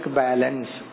balance